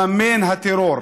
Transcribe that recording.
מממן הטרור.